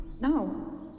No